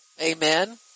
Amen